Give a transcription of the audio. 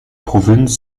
provinz